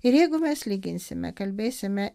ir jeigu mes lyginsime kalbėsime